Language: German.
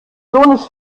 sohnes